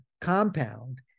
compound